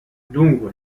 dunque